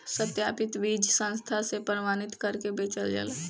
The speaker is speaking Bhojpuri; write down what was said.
सत्यापित बीज संस्था से प्रमाणित करके बेचल जाला